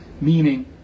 meaning